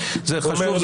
זה חשוב,